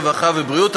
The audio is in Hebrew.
הרווחה והבריאות.